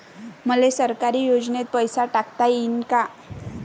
मले सरकारी योजतेन पैसा टाकता येईन काय?